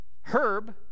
Herb